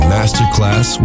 Masterclass